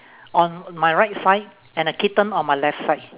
on my right side and a kitten on my left side